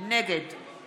נגד ווליד